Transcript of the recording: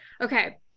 Okay